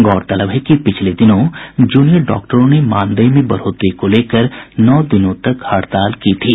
गौरतलब है कि पिछले दिनों जूनियर डॉक्टरों ने मानदेय मे बढोतरी को लेकर नौ दिनों तक हड़ताल की थी